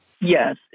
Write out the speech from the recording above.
Yes